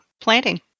planting